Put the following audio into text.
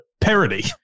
parody